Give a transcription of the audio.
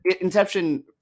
Inception